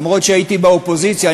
למרות שהייתי באופוזיציה,